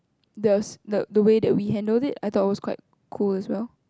the the the way that we handled it I thought it was quite cool as well